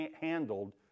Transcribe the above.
handled